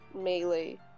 melee